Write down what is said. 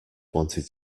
wanted